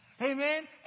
Amen